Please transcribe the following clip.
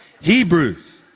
Hebrews